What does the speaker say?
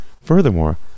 furthermore